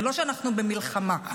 זה לא שאנחנו במלחמה.